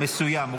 מסוים.